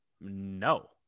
no